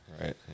Right